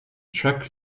track